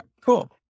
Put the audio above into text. cool